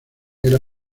era